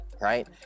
right